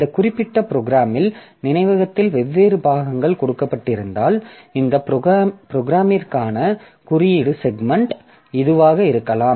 இந்த குறிப்பிட்ட ப்ரோக்ராமில் நினைவகத்தில் வெவ்வேறு பாகங்கள் கொடுக்கப்பட்டிருந்தால் இந்த ப்ரோக்ராமிற்கான குறியீடு செக்மென்ட் இதுவாக இருக்கலாம்